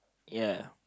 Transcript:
ya